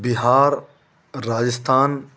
Bihar Rajasthan